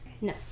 No